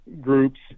groups